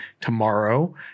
tomorrow